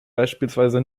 beispielsweise